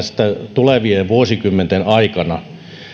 tulevien vuosikymmenten aikana